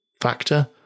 factor